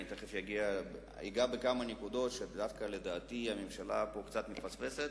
אני תיכף אגע בכמה נקודות שדווקא לדעתי הממשלה פה קצת מפספסת,